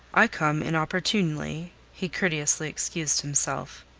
i come inopportunely, he courteously excused himself.